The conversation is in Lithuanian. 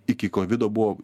iki kovido buvo